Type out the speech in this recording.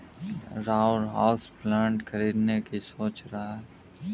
Rahul houseplant खरीदने की सोच रहा है